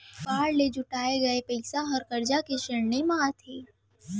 bond ले जुटाए गये पइसा ह करजा के श्रेणी म आथे